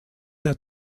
der